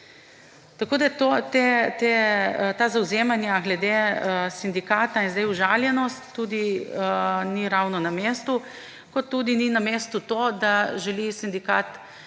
sebe. Ta zavzemanja glede sindikata in zdaj užaljenost ni ravno na mestu, kot tudi ni na mestu to, da želi sindikat